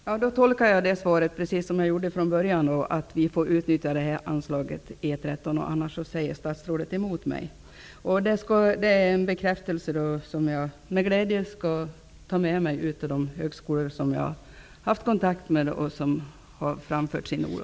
Herr talman! Jag tolkar svaret så som jag gjorde från början, dvs. att vi får utnyttja anslaget E 13 -- annars säger statsrådet emot mig. Det är en bekräftelse som jag med glädje skall ta med mig ut till de högskolor som jag har haft kontakt med och som har framfört sin oro.